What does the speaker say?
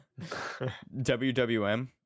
WWM